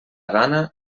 gana